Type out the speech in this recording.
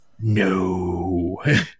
No